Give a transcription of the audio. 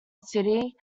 city